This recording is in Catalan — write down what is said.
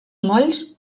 molls